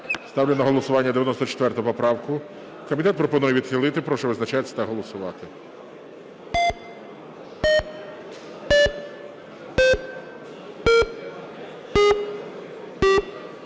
Ставлю на голосування 99 поправку. Комітет пропонує відхилити. Прошу визначатись та голосувати.